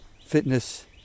fitness